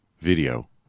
video